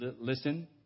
listen